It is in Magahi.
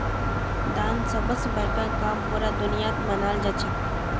दान सब स बड़का काम पूरा दुनियात मनाल जाछेक